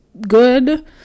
good